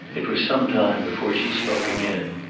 it was some time before she spoke again.